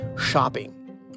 shopping